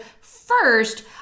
first